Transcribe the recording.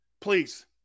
please